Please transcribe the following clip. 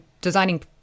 designing